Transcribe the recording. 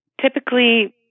Typically